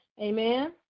Amen